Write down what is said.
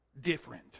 different